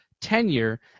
tenure